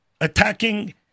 attacking